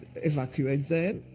evacuate them,